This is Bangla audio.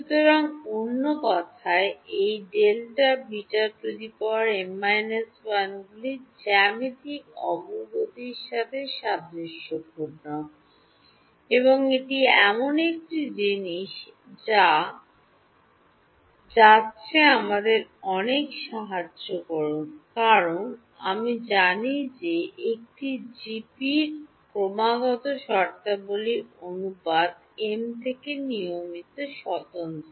সুতরাং অন্য কথায় এই Δβ m 1 গুলি জ্যামিতিক অগ্রগতির সাথে সাদৃশ্যপূর্ণ এবং এটি এমন একটি জিনিস যা যাচ্ছে আমাদের অনেক সাহায্য করুন কারণ আমরা জানি যে একটি জিপির ক্রমাগত শর্তাবলীর অনুপাতটি এম থেকে নিয়মিত স্বতন্ত্র